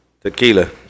Tequila